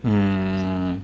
mm